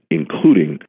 including